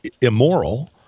immoral